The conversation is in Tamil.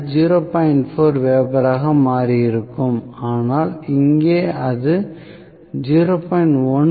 4 வெபராக மாறியிருக்கும் ஆனால் இங்கே அது 0